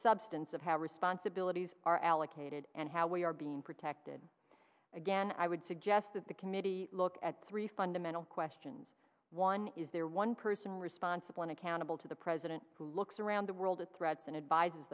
substance of how responsibilities are allocated and how we are being protected again i would suggest that the committee look at three fundamental questions one is there one person responsible and accountable to the president who looks around the world at threats and advis